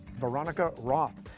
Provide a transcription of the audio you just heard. veronica roth.